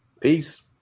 Peace